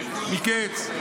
מקץ?